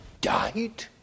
died